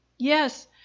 Yes